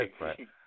right